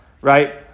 Right